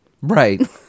right